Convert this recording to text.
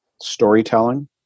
storytelling